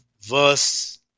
verse